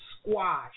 squash